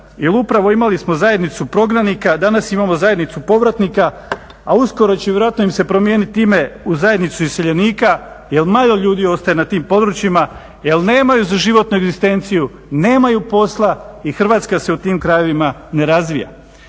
jer upravo imali smo zajednicu prognanika, danas imamo Zajednicu povratnika a uskoro će vjerojatno im se promijeniti ime u zajednicu useljenika jer malo ljudi ostaje na tim područjima, jer nemaju za životnu egzistenciju, nemaju posla i Hrvatska se u tim krajevima ne razvija.